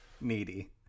needy